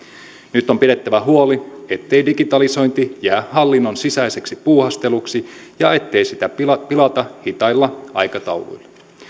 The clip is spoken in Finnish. nyt on pidettävä huoli ettei digitalisointi jää hallinnon sisäiseksi puuhasteluksi ja ettei sitä pilata pilata hitailla aikatauluilla